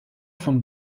von